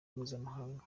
mpuzamakungu